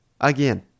again